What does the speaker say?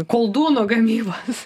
koldūnų gamybos